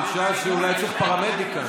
מרעי,